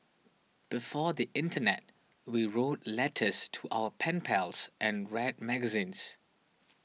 before the internet we wrote letters to our pen pals and read magazines